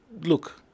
look